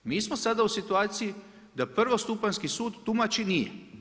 Mi smo sada u situaciji da prvostupanjski sud tumači nije.